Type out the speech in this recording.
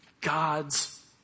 God's